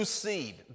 seed